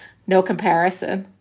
no comparison,